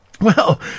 Well